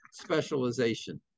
specialization